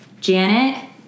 Janet